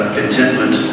contentment